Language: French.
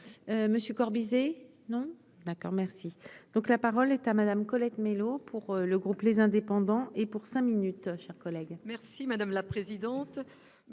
monsieur Corbizet non d'accord, merci, donc, la parole est à Madame Colette Mélot pour le groupe, les indépendants et pour cinq minutes chers collègues. Merci madame la présidente,